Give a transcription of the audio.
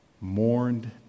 mourned